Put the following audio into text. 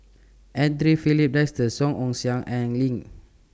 Andre Filipe Desker Song Ong Siang and Lin